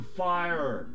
fire